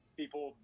people